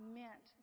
meant